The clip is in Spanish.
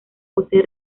posee